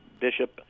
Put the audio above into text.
Bishop